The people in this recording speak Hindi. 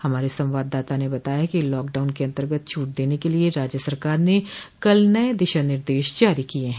हमारे संवाददाता ने बताया है कि लॉकडाउन के अन्तर्गत छूट देने के लिए राज्य सरकार ने कल नये दिशा निर्देश जारी किये हैं